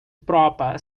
proper